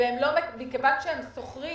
ומכיוון שהם שוכרים